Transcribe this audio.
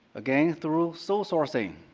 again through sole sourcing,